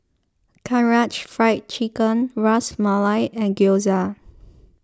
Karaage Fried Chicken Ras Malai and Gyoza